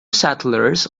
settlers